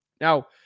Now